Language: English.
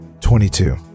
Twenty-two